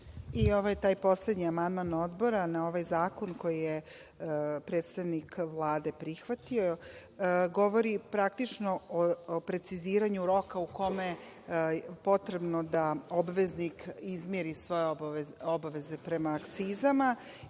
je taj poslednji amandman Odbora na ovaj zakon koji je predstavnik Vlade prihvatio. Govori praktično o preciziranju roka u kome je potrebno da obveznik izmiri svoje obaveze prema akcizama